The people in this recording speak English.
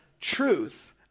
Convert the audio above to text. truth